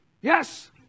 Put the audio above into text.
Yes